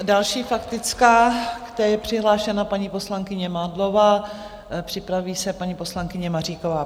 Další faktická, k té je přihlášená paní poslankyně Mádlová, připraví se paní poslankyně Maříková.